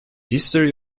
history